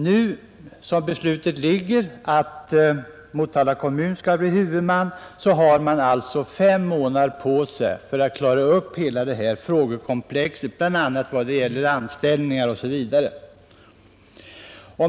När beslutet nu innebär att Motala kommun skall bli huvudman, har man fem månader på sig för att klara upp hela detta frågekomplex, bl.a. vad gäller anställningar.